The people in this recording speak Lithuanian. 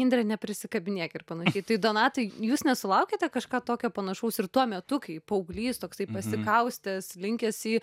indre neprisikabinėk ir panašiai tai donatai jūs nesulaukiate kažką tokio panašaus ir tuo metu kai paauglys toksai pasikaustęs linkęs į į